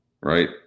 right